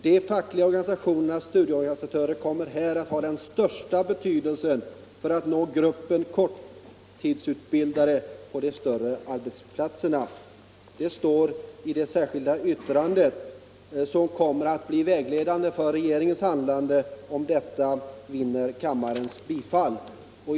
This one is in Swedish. —-— De fackliga organisationernas studieorganisatörer kommer här att ha den största betydelsen för att nå gruppen korttidsutbildade på de större arbetsplatserna.” Detta står alltså i det särskilda yttrandet, som kommer att bli vägledande för regeringens handlande om vårt förslag vinner kammarens bifall.